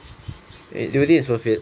do you think it's worth it